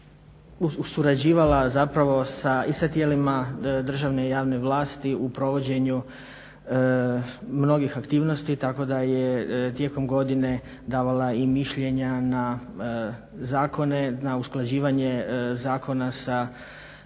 surađivala i sa tijelima državne i javne vlasti u provođenju mnogih aktivnosti tako da je tijekom godine davala i mišljenja na zakone, na usklađivanje zakona sa